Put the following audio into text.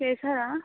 చేసారా